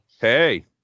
Hey